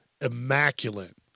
immaculate